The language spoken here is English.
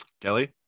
Kelly